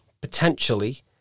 potentially